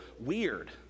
weird